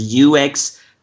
UX